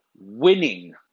winning